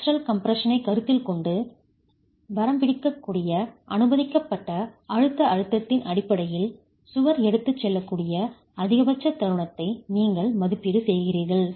flexural கம்ப்ரஷனைக் கருத்தில் கொண்டு வரம்பிடக்கூடிய அனுமதிக்கப்பட்ட அழுத்த அழுத்தத்தின் அடிப்படையில் சுவர் எடுத்துச் செல்லக்கூடிய அதிகபட்ச தருணத்தை நீங்கள் மதிப்பீடு செய்கிறீர்கள்